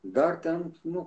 dar ten nu